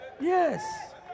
Yes